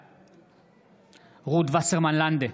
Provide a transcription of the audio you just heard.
בעד רות וסרמן לנדה,